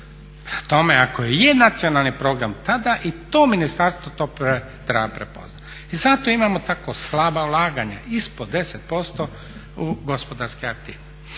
tome, ako i je nacionalni program tada i to ministarstvo to treba prepoznati. I zato imamo tako slaba ulaganja, ispod 10% u gospodarske aktive.